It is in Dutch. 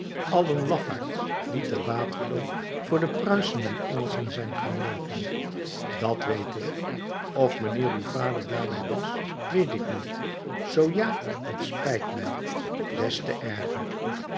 allen lafaards die te waterloo voor de pruisen en engelschen zijn gaan loopen dat weet ik of mijnheer uw vader daarbij was weet ik niet zoo ja t spijt mij des te erger